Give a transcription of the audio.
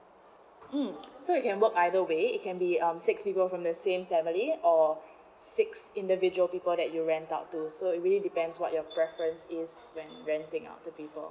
um so you can work either way it can be um six people from the same family or six individual people that you rent out to so it really depends what your preference is when renting out to people